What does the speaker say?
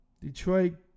Detroit